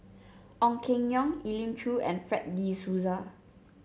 Ong Keng Yong Elim Chew and Fred De Souza